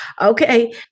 Okay